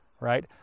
right